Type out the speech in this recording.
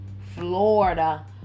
Florida